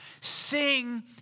Sing